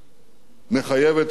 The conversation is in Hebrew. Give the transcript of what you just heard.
מחייבת הרבה דברים: